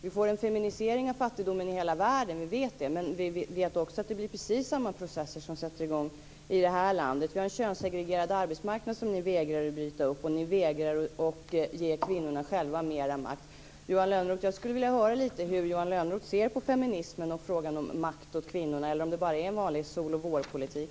Vi får en feminisering av fattigdomen i hela världen - vi vet det - men vi vet också att det blir precis samma processer som sätter i gång i detta land. Vi har en könssegregerad arbetsmarknad som ni vägrar att bryta upp, och ni vägrar att ge kvinnorna själva mera makt. Jag skulle vilja höra lite om hur Johan Lönnroth ser på feminismen och frågan om makt åt kvinnorna. Är det bara en vanlig solochvårpolitik?